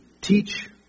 teach